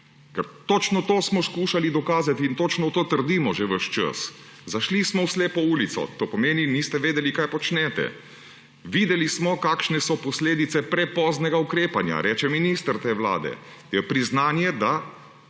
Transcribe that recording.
Ker točno to smo skušali dokazati in točno to trdimo že ves čas. »Zašli smo v slepo ulico« – to pomeni, da niste vedeli, kaj počnete. »Videli smo, kakšne so posledice prepoznega ukrepanja,« reče minister te vlade. To je priznanje, da